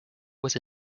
was